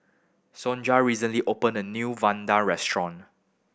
Sonja recently opened a new vadai restaurant